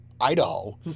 Idaho